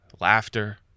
laughter